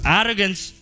arrogance